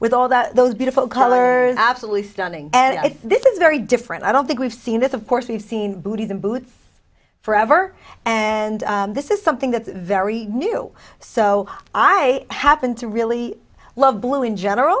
with all that those beautiful color absolutely stunning and i think this is very different i don't think we've seen this of course we've seen booties and boots forever and this is something that's very new so i happen to really love blue in general